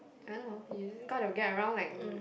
don't know you got to get around like